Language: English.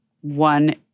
one